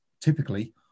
typically